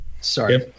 Sorry